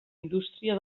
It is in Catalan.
indústria